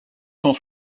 cent